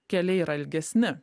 keliai yra ilgesni